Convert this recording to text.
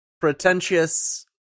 pretentious